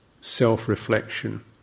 self-reflection